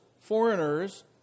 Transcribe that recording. foreigners